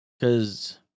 Cause